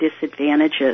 disadvantages